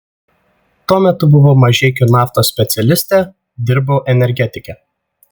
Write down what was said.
tuo metu buvau mažeikių naftos specialistė dirbau energetike